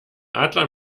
adler